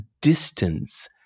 distance